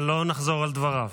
אבל לא נחזור על דבריו.